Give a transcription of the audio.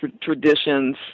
traditions